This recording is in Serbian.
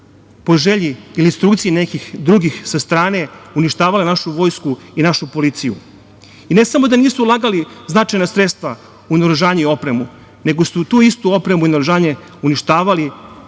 po želji ili instrukciji nekih drugih sa strane uništavala je našu vojsku i našu policiju. Ne samo da nisu ulagali značajna sredstva u naoružanje i opremu, nego su tu istu opremu i naoružanje uništavali,